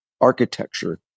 architecture